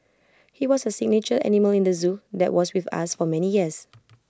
he was A signature animal in the Zoo that was with us for many years